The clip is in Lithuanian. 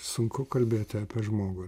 sunku kalbėti apie žmogų